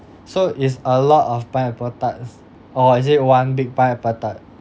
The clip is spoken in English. so it's a lot of pineapple tarts or is it one big pineapple tart